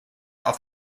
off